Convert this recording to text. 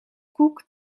koek